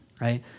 right